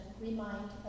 remind